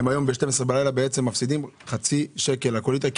והיום ב-12 בלילה הם בעצם מפסידים חצי שקל על כל ליטר,